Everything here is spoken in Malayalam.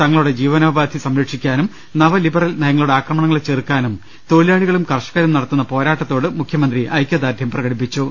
തങ്ങളുടെ ജീവനോപാധി സംരക്ഷിക്കാനും നവലിബറൽ നയങ്ങളുടെ ആക്രമണങ്ങളെ ചെറു ക്കാനും തൊഴിലാളികളും കർഷകരും നടത്തുന്ന പോരാട്ടത്തോട് മുഖ്യമന്ത്രി ഐക്യ ദാർഢ്യം പ്രകടിപ്പിച്ചു